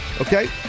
okay